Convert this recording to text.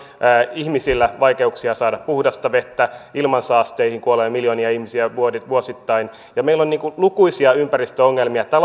ihmisillä vaikeuksia saada puhdasta vettä ilmansaasteisiin kuolee miljoonia ihmisiä vuosittain ja meillä on lukuisia ympäristöongelmia